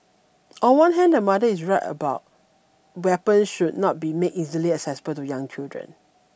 on one hand the mother is right weapon should not be made easily accessible to young children